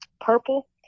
Purple